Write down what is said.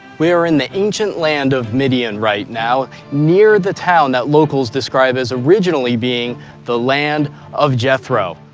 we are in the ancient land of midian right now, near the town that local describe as originally being the land of jethro.